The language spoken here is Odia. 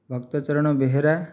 ଭକ୍ତ ଚରଣ ବେହେରା